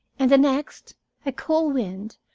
and the next a cool wind,